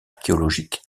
archéologiques